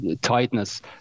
tightness